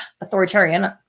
authoritarian